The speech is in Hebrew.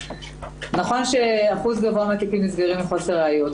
נכון שאחוז גבוה של התיקים נסגרים מחוסר ראיות,